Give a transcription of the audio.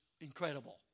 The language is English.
Incredible